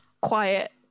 quiet